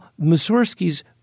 Mussorgsky's